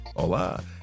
Hola